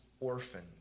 orphans